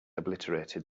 obliterated